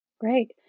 Great